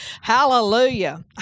Hallelujah